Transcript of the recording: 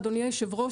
אדוני היו"ר,